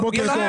זה.